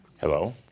Hello